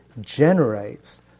generates